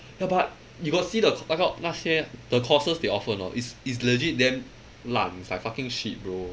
ya but you got see the 那个那些 the courses they offer or not is is legit damn 烂 it's like fucking shit bro